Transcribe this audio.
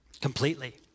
Completely